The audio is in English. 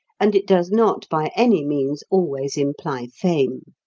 and it does not by any means always imply fame.